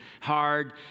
hard